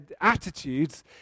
attitudes